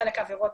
בחלק מהעבירות,